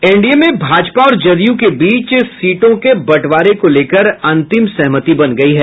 NDA में भाजपा और जदयू के बीच सीटों के बंटवारे को लेकर अंतिम सहमति बन गयी है